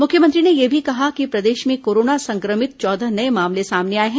मुख्यमंत्री ने यह भी कहा कि प्रदेश में कोरोना संक्रमित चौदह नए मामले सामने आए हैं